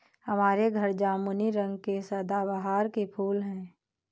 हमारे घर जामुनी रंग के सदाबहार के फूल हैं